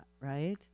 right